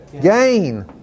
gain